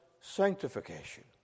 sanctification